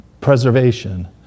Preservation